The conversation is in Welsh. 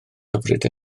hyfryd